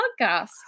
podcast